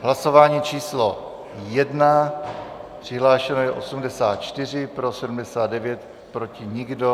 Hlasování číslo 1, přihlášeno je 84, pro 79, proti nikdo.